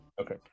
Okay